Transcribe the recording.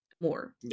more